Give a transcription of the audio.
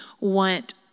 want